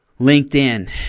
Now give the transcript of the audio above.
LinkedIn